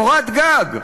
קורת-גג,